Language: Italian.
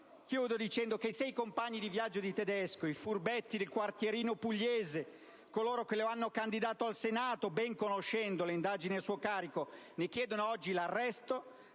Concludo dicendo che, se i compagni di viaggio del senatore Tedesco, i furbetti del quartierino pugliese, coloro che lo hanno candidato al Senato ben conoscendo le indagini a suo carico, ne chiedono oggi l'arresto,